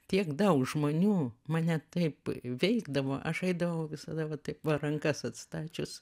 tiek daug žmonių mane taip veikdavo aš eidavau visada va taip va rankas atstačius